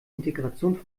integration